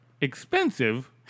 expensive